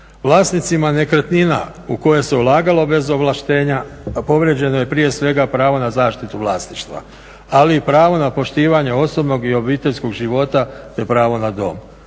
Vlasnicima nekretnina u koje se ulagalo bez ovlaštenja, a povrijeđeno je prije svega pravo na zaštitu vlasništva, ali i pravo na poštivanje osobnog i obiteljskog života te pravo na dom.